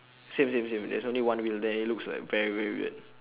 same same same there's only one wheel there it looks like very very weird